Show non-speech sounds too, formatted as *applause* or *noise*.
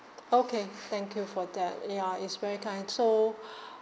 okay thank you for that ya is very kind so *breath*